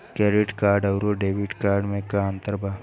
Credit अउरो debit card मे का अन्तर बा?